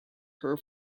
her